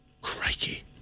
Crikey